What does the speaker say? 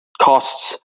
costs